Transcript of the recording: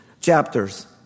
chapters